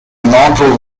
inaugural